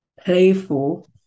playful